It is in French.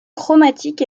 chromatique